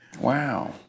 Wow